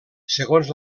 segons